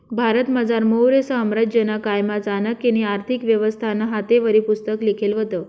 भारतमझार मौर्य साम्राज्यना कायमा चाणक्यनी आर्थिक व्यवस्थानं हातेवरी पुस्तक लिखेल व्हतं